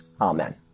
Amen